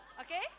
Okay